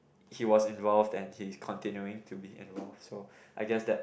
he was involve and he is continuing to be involve so I guess that